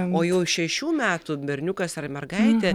o jau šešių metų berniukas ar mergaitė